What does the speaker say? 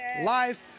life